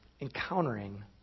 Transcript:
encountering